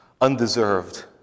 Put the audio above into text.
undeserved